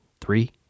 Three